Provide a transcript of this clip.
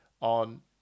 on